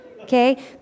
okay